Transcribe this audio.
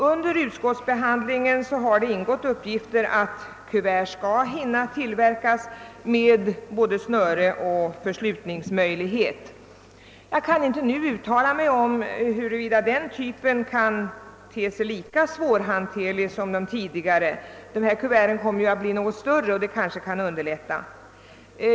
Under utskottsbehandlingen har det ingått uppgifter om att kuverten skall hinna tillverkas med både snöre och förslutningsmöjlighet. Jag kan inte nu uttala mig om huruvida den typen av kuvert blir lika svårhanterlig som de tidigare kuverten. De nya kuverten blir ju något större, och det kanske kan underlätta.